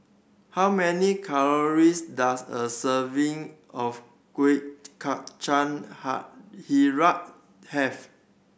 how many calories does a serving of Kueh Kacang ha have